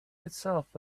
itself